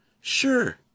Sure